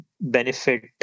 benefit